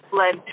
led